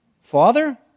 father